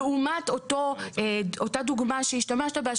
זאת לעומת אותה דוגמה שהשתמשת בה,